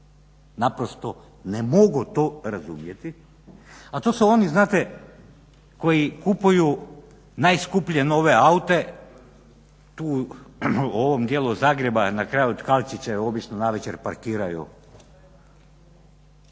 naprosto ne mogu to razumjeti, a to su oni znate koji kupuju najskuplje nove aute, tu u ovom dijelu Zagreba na kraju Tkalčićeve obično navečer parkiraju,